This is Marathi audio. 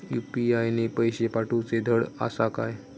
यू.पी.आय ने पैशे पाठवूचे धड आसा काय?